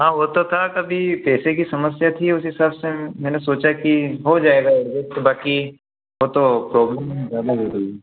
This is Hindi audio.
हाँ वह तो था कभी पैसे की समस्या थी उस हिसाब से मैंने सोचा कि हो जाएगा एडजस्ट बाकी वह तो प्रोब्लम ज़्यादा हो गई